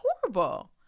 horrible